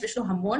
יש לו המון,